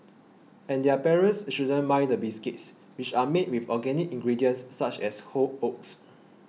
and their parents shouldn't mind the biscuits which are made with organic ingredients such as whole oats